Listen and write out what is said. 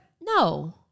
No